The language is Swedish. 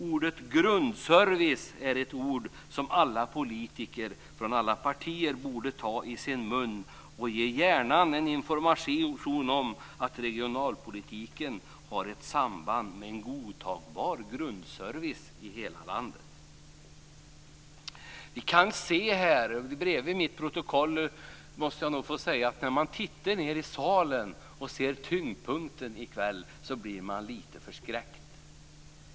Ordet grundservice är ett ord som alla politiker från alla partier borde ta i sin mun och ge hjärnan information om att regionalpolitiken har ett samband med en godtagbar grundservice i hela landet. När man tittar ned i salen och ser tyngdpunkten i kväll blir man lite förskräckt.